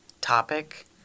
topic